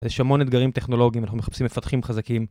יש המון אתגרים טכנולוגיים, אנחנו מחפשים מפתחים חזקים.